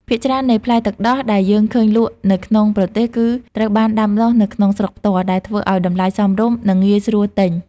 ភាគច្រើននៃផ្លែទឹកដោះដែលយើងឃើញលក់នៅក្នុងប្រទេស គឺត្រូវបានដាំដុះនៅក្នុងស្រុកផ្ទាល់ ដែលធ្វើឲ្យតម្លៃសមរម្យ និងងាយស្រួលទិញ។